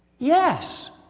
yes!